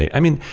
i mean,